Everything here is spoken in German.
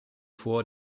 vor